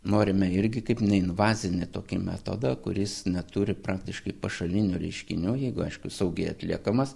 norime irgi kaip neinvazinį tokį metodą kuris neturi praktiškai pašalinių reiškinių jeigu aišku saugiai atliekamas